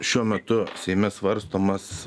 šiuo metu seime svarstomas